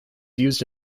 used